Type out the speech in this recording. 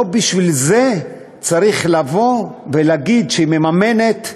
לא בשביל זה צריך להגיד שהיא מממנת,